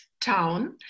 town